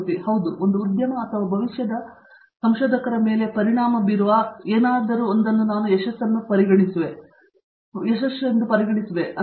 ಮೂರ್ತಿ ಹೌದು ಒಂದು ಉದ್ಯಮ ಅಥವಾ ಭವಿಷ್ಯದ ಸಂಶೋಧಕರ ಮೇಲೆ ಪರಿಣಾಮ ಬೀರುವ ಯಾರಿಗಾದರೂ ನಾನು ಯಶಸ್ಸನ್ನು ಪರಿಗಣಿಸುವೆ ಎಂದು ಹೇಳುತ್ತೇನೆ